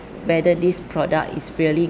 whether this product is really